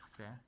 Okay